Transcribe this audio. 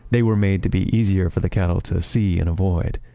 they were made to be easier for the cattle to see and avoid,